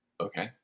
Okay